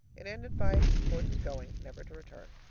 it ended by gordon's going, never to return.